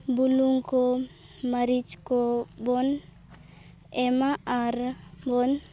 ᱵᱩᱞᱩᱝ ᱠᱚ ᱢᱟᱹᱨᱤᱪ ᱠᱚ ᱵᱚᱱ ᱮᱢᱟ ᱟᱨ ᱵᱚᱱ